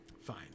Fine